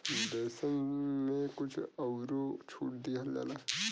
देसन मे कुछ अउरो छूट दिया जाला